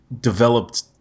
developed